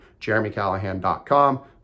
jeremycallahan.com